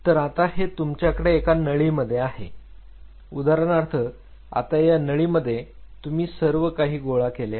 तर आता हे तुमच्याकडे एका नळी मध्ये आहे उदाहरणार्थ आता या नळी मध्ये तुम्ही सर्व काही गोळा केले आहे